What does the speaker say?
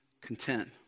content